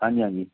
हाँ जी हाँ जी